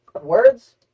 words